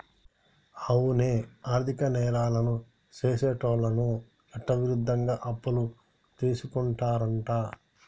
అవునే ఆర్థిక నేరాలను సెసేటోళ్ళను చట్టవిరుద్ధంగా అప్పులు తీసుకుంటారంట